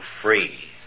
free